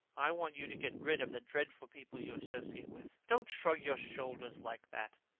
i want you to get rid of the dreadful people you associate with. don't shrug your shoulders like that.